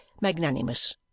magnanimous